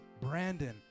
Brandon